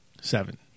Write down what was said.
Seven